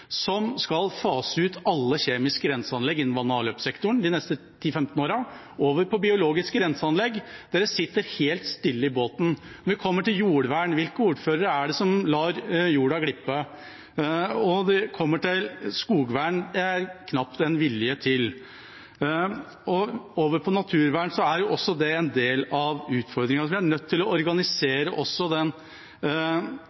som skal fase ut alle kjemiske renseanlegg innen vann- og avløpssektoren de neste 10–15 årene, og gå over til biologiske renseanlegg. Arbeiderpartiet og Senterpartiet sitter helt stille i båten. Når det gjelder jordvern, hvilke ordførere er det som lar jorda glippe? Når det gjelder skogvern, er det knapt vilje til det. Naturvern er også en del av utfordringen. Vi er nødt til å